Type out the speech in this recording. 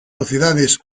sociedades